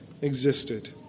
existed